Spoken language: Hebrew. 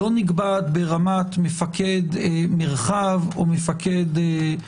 ברורה, שלא נקבעת ברמה של מפקד מרחב או תחנה